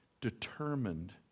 determined